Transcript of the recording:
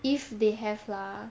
if they have lah